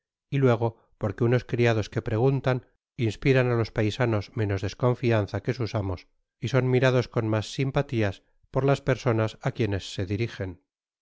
y luego porque unos criados que preguntan inspiran á los paisanos menos desconfianza que sus amos y son mirados con mas simpatias por las personas á quienes se dirigen